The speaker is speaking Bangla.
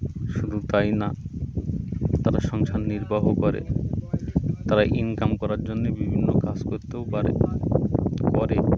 শুধু তাই না তারা সংসার নির্বাহ করে তারা ইনকাম করার জন্যে বিভিন্ন কাজ করতেও পারে করে